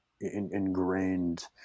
ingrained